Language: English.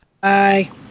bye